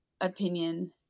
opinion